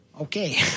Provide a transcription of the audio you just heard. Okay